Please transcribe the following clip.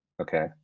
Okay